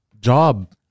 job